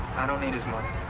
i don't need his money.